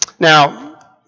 Now